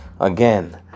again